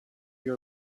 you